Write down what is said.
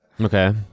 Okay